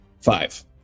Five